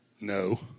No